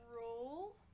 roll